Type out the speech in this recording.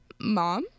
mom